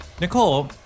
Nicole